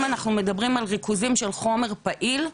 אנחנו מדברים על ריכוזים של חומר פעיל,